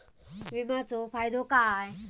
विमाचो फायदो काय?